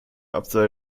absage